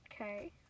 Okay